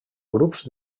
grups